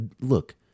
Look